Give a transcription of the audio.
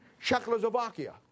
Czechoslovakia